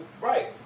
Right